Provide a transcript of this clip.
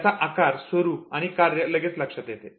त्याचा आकार स्वरूप आणि कार्य लगेच लक्षात येते